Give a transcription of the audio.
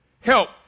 help